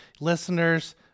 listeners